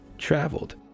traveled